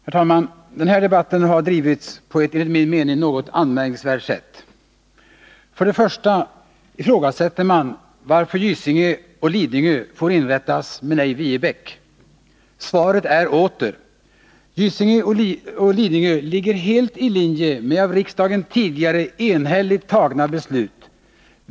Herr talman! Den här debatten har drivits på ett enligt min mening något anmärkningsvärt sätt. För det första ifrågasätter man varför Gysinge och Karlskoga får inrättas men ej Viebäck. Svaret är återigen: Gysinge och Karlskoga ligger helt i linje med av riksdagen tidigare enhälligt fattade beslut.